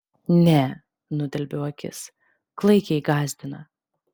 ne nudelbiau akis klaikiai gąsdina